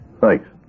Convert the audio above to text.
Thanks